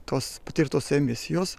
tos patirtos emisijos